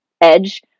edge